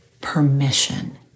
permission